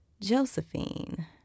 Josephine